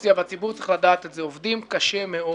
ומהאופוזיציה עובדים קשה מאוד.